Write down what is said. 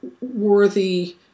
worthy